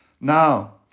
Now